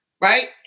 right